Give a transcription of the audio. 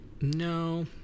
No